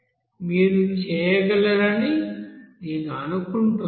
మీరు చేయగలరని నేను అనుకుంటున్నాను